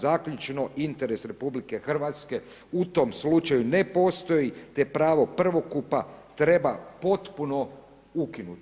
Zaključno, interes RH u tom slučaju ne postoji te pravo prvokupa treba potpuno ukinuti.